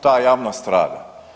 Ta javnost rada.